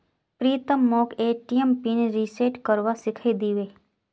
प्रीतम मोक ATM PIN reset करवा सिखइ दी बे